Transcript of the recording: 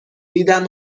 دیدم